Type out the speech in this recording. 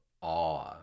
awe